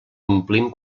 omplim